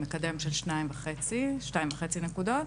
מקדם של 2.5 נקודות,